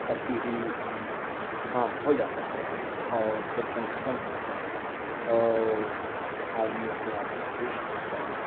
تفریحی کام ہو جاتا ہے اور ٹینشن ختم ہو جاتا ہے اور آدمی اپنے آپ کو فریش ہو جاتا ہے